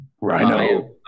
Rhino